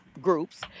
groups